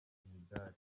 imidali